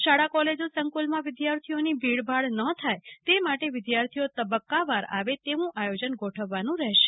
શાળા કોલેજો સંકુલમાં વિદ્યાર્થીઓની ભીડભાડ ન થાય તે માટે વિદ્યાર્થીઓ તબકકાવાર આવે તેવુ આયોજન ગોઠવાનું રહેશે